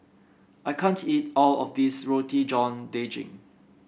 I can't eat all of this Roti John Daging